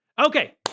Okay